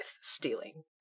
stealing